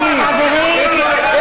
ינון, חברים, חברים, להירגע.